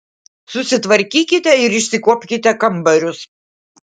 susitvarkykite ir išsikuopkite kambarius